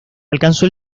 alcanzó